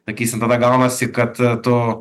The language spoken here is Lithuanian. sakysim tada gaunasi kad tu